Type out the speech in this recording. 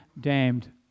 damned